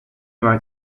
wrote